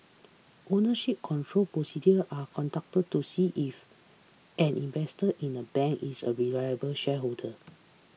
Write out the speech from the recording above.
ownership control procedure are conducted to see if an investor in a bank is a reliable shareholder